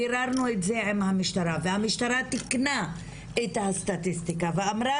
ביררנו את זה עם המשטרה והמשטרה תיקנה את הסטטיסטיקה ואמרה,